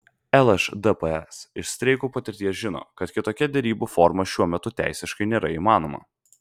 lšdps iš streikų patirties žino kad kitokia derybų forma šiuo metu teisiškai nėra įmanoma